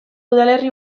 udalerri